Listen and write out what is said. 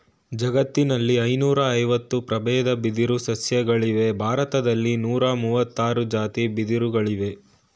ಜಗತ್ತಿನಲ್ಲಿ ಐನೂರಐವತ್ತು ಪ್ರಬೇದ ಬಿದಿರು ಸಸ್ಯಗಳಿವೆ ಭಾರತ್ದಲ್ಲಿ ನೂರಮುವತ್ತಾರ್ ಜಾತಿ ಬಿದಿರಯ್ತೆ